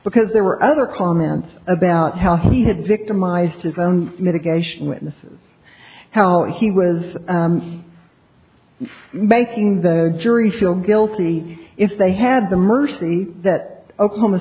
because there were other comments about how he had victimized his own mitigation witness how he was making the jury feel guilty if they had the mercy that oklahoma